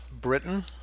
Britain